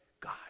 God